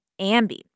AMBI